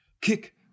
kick